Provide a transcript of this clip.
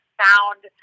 found